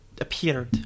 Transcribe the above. appeared